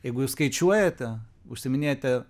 jeigu jūs skaičiuojate užsiiminėjate